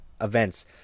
events